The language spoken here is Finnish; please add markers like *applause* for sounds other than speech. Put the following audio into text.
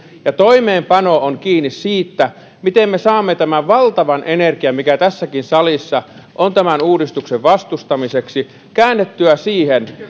ja toimeenpano on kiinni siitä miten me saamme tämän valtavan energian mikä tässäkin salissa on tämän uudistuksen vastustamiseksi käännettyä siihen *unintelligible*